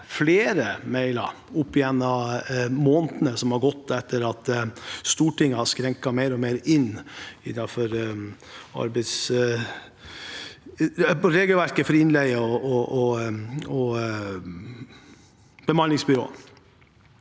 flere mailer i månedene som er gått etter at Stortinget skrenket mer og mer inn på regelverket for innleie og bemanningsbyråer.